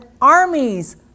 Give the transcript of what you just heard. armies